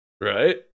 Right